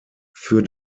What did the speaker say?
für